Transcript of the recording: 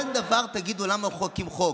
כל דבר תגידו: למה מחוקקים חוק.